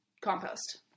compost